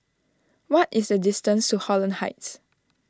what is the distance to Holland Heights